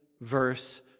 verse